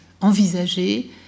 envisager